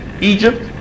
Egypt